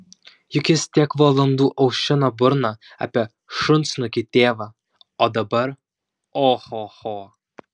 juk jis tiek valandų aušino burną apie šunsnukį tėvą o dabar ohoho